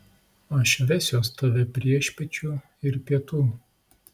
aš vesiuos tave priešpiečių ir pietų